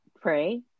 pray